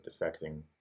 defecting